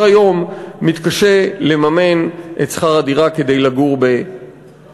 היום מתקשה לממן את שכר הדירה כדי לגור בדירה,